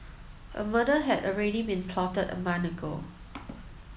a murder had already been plotted a month ago